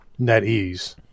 NetEase